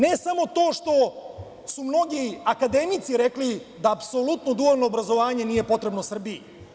Ne samo to što su mnogi akademici rekli da apsolutno dualno obrazovanje nije potrebno Srbiji.